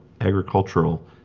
agricultural